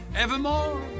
evermore